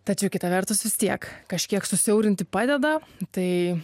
tačiau kita vertus vis tiek kažkiek susiaurinti padeda tai